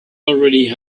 already